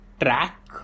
track